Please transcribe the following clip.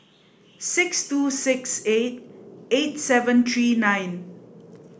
six two six eight eight seven three nine